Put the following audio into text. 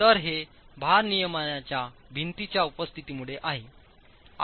तर हे भारनियमनच्या भिंतींच्या उपस्थितीमुळे आहे